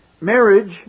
Marriage